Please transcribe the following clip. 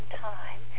time